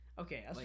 okay